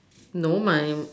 no my